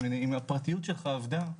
אם הפרטיות שלך אבדה,